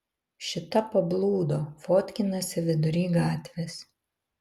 šita pablūdo fotkinasi vidury gatvės